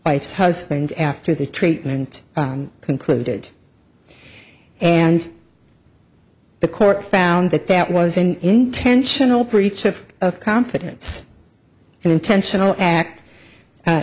life's husband after the treatment concluded and the court found that that was an intentional preach of of confidence and intentional act